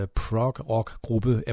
prog-rock-gruppe